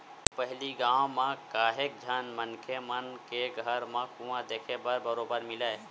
पहिली गाँव म काहेव झन मनखे मन के घर म कुँआ देखे बर बरोबर मिलय